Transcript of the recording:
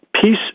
peace